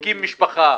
הקימו משפחות,